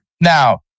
now